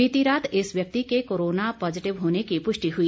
बीती रात इस व्यक्ति के कोरोना पॉजीटिव होने की पुष्टि हुई